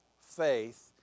faith